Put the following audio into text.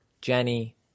Jenny